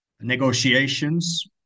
Negotiations